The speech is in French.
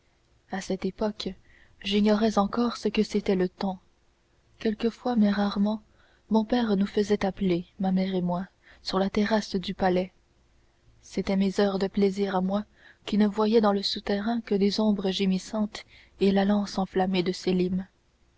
à cette époque j'ignorais encore ce que c'était que le temps quelquefois mais rarement mon père nous faisait appeler ma mère et moi sur la terrasse du palais c'étaient mes heures de plaisir à moi qui ne voyais dans le souterrain que des ombres gémissantes et la lance enflammée de